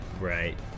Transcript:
right